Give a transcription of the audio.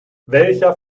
welcher